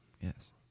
Yes